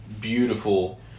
beautiful